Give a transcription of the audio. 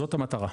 זאת המטרה.